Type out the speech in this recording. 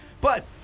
but-